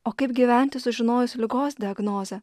o kaip gyventi sužinojus ligos diagnozę